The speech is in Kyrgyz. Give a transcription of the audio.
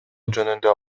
жөнүндө